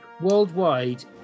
worldwide